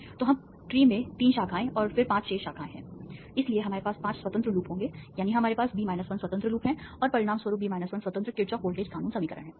तो हम ट्री में 3 शाखाएं और फिर 5 शेष शाखाएं हैं इसलिए हमारे पास 5 स्वतंत्र लूप होंगे यानी हमारे पास B 1 स्वतंत्र लूप हैं और परिणामस्वरूप B 1 स्वतंत्र किरचॉफ वोल्टेज कानून Kirchoffs voltage law समीकरण हैं